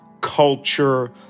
culture